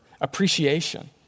Appreciation